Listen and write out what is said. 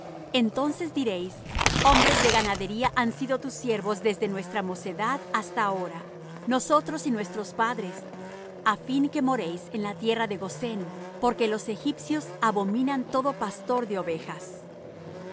entonces diréis hombres de ganadería han sido tus siervos desde nuestra mocedad hasta ahora nosotros y nuestros padres á fin que moréis en la tierra de gosén porque los egipcios abominan todo pastor de ovejas